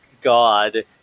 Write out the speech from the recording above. god